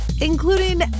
including